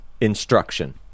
instruction